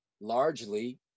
largely